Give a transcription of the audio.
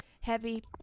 heavy